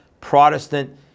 Protestant